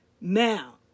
Now